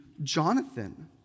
Jonathan